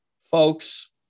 folks